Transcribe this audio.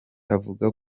avuga